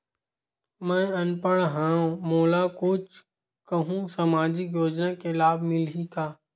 मैं अनपढ़ हाव मोला कुछ कहूं सामाजिक योजना के लाभ मिलही का?